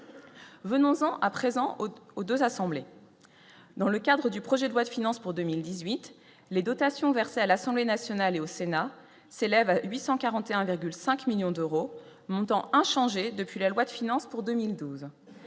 venons-en à présent autant aux 2 assemblées dans le cadre du projet de loi de finances pour 2018 les dotations versées à l'Assemblée nationale et au Sénat, s'élève à 841,5 millions d'euros, montant inchangé depuis la loi de finances pour 2012,